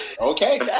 Okay